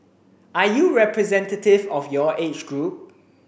are you representative of your age group